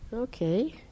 Okay